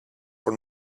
for